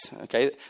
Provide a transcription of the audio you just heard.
Okay